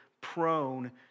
prone